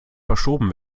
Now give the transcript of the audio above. verschoben